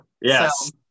yes